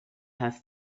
have